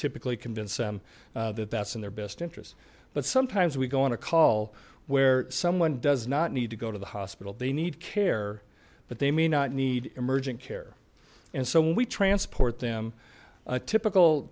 typically convince them that that's in their best interest but sometimes we go on a call where someone does not need to go to the hospital they need care but they may not need emergent care and so when we transport them a typical